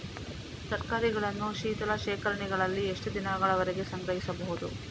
ತರಕಾರಿಗಳನ್ನು ಶೀತಲ ಶೇಖರಣೆಗಳಲ್ಲಿ ಎಷ್ಟು ದಿನಗಳವರೆಗೆ ಸಂಗ್ರಹಿಸಬಹುದು?